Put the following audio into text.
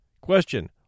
Question